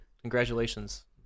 Congratulations